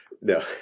No